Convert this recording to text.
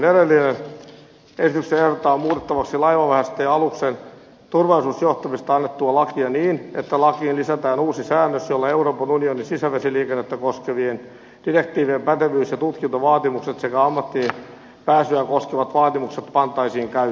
esityksessä ehdotetaan muutettavaksi laivaväestä ja aluksen turvallisuusjohtamisesta annettua lakia niin että lakiin lisätään uusi säännös jolla euroopan unionin sisävesiliikennettä koskevien direktiivien pätevyys ja tutkintovaatimukset sekä ammattiinpääsyä koskevat vaatimukset pantaisiin käyttöön